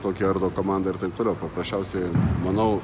tokie ardo komandą ir taip toliau paprasčiausiai manau